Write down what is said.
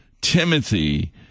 Timothy